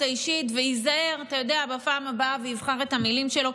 האישית וייזהר בפעם הבאה ויבחר את המילים שלו.